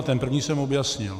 Ten první jsem objasnil.